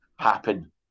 happen